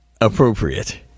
appropriate